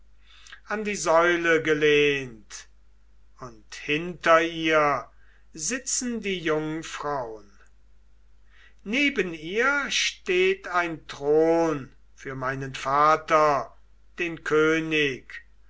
an die säule gelehnt und hinter ihr sitzen die jungfraun neben ihr steht ein thron für meinen vater den könig